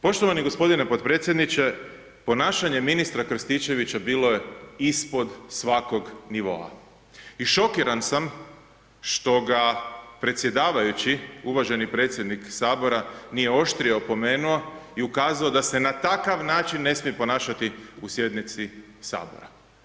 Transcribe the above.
Poštovani gospodine podpredsjedniče ponašanje ministra Krstičevića bilo je ispod svakog nivoa i šokiran sam što ga predsjedavajući, uvaženi predsjednik sabora nije oštrije opomenu i ukazao da se na takav ne smije ponašati u sjednici sabora.